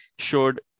showed